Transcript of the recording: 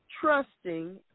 Trusting